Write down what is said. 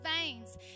veins